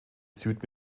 süd